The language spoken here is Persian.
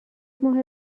ماه